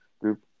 group